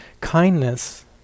kindness